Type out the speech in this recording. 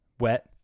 Wet